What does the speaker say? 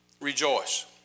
Rejoice